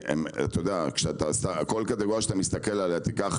כל קטגוריה שאתה מסתכל עליה לדוגמה